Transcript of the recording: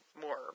more